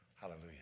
hallelujah